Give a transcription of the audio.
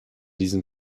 diesen